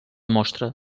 mostra